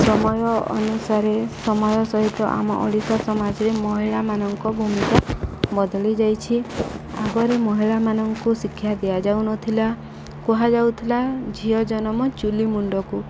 ସମୟ ଅନୁସାରେ ସମୟ ସହିତ ଆମ ଓଡ଼ିଶା ସମାଜରେ ମହିଳାମାନଙ୍କ ଭୂମିକା ବଦଳି ଯାଇଛି ଆଗରେ ମହିଳାମାନଙ୍କୁ ଶିକ୍ଷା ଦିଆଯାଉନଥିଲା କୁହାଯାଉଥିଲା ଝିଅ ଜନ୍ମ ଚୁଲି ମୁଣ୍ଡକୁ